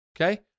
Okay